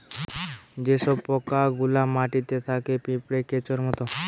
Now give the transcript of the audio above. যে সব পোকা গুলা মাটিতে থাকে পিঁপড়ে, কেঁচোর মত